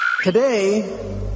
Today